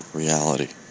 reality